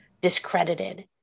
discredited